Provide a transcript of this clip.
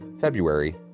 February